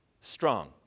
strong